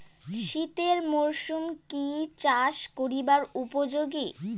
শীতের মরসুম কি চাষ করিবার উপযোগী?